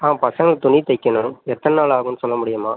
ஆ பசங்களுக்கு துணி தைக்கணும் எத்தனை நாள் ஆகும்னு சொல்ல முடியுமா